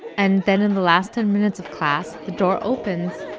and then in the last ten minutes of class, the door opens,